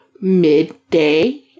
midday